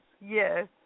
yes